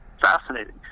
fascinating